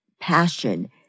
Passion